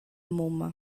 mumma